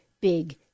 big